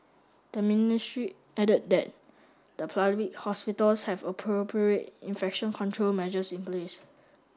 the ministry added that the public hospitals have appropriate infection control measures in place